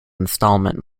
installment